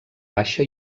baixa